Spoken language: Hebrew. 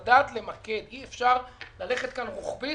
צריך לדעת למקד, אי-אפשר ללכת כאן רוחבית.